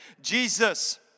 Jesus